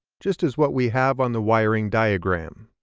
just as what we have on the wiring diagram.